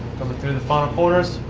um through the final corners.